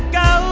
go